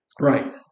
Right